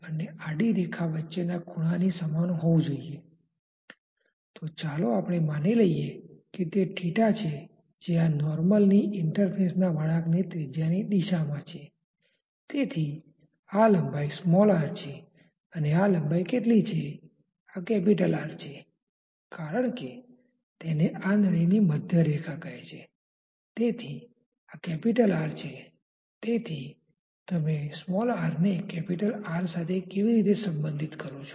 અને પછી જુઓ અને સમજો કે આપણે સાહજિક રીતે પસંદ કરેલ નિયંત્રણ volume control volume control volume બરાબર છે કે નહીં તે વિશે તપાસ કરવાનો પ્રયાસ કરીશું